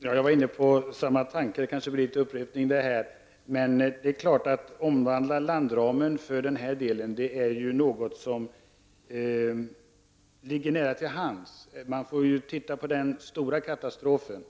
Herr talman! Jag var inne på samma tanke. Det blir således kanske en upprepning. Men självfallet ligger det nära till hands att omvandla landramen i detta avseende. Man får ju se till den stora katastrof som